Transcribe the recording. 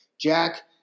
Jack